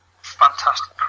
Fantastic